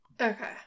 Okay